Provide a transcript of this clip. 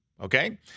okay